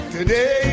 Today